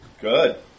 Good